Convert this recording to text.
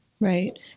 Right